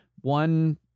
one